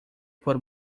por